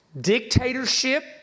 dictatorship